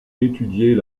étudier